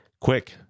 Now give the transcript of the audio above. Quick